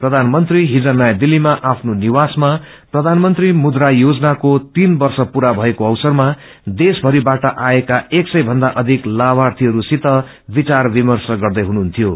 प्रधानमंत्री हिज नयाँ दिल्लीमा आफ्नो निवासमा प्रधानमंत्री मुद्रा योजनाको तीन वर्ष पूरा भएको अवसरमा देशभरिवाट आएका एक सय भन्दा अधिक लाभार्यीहस्सित वियार विर्मश गर्दै हुनुहुन्थ्यो